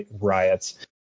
riots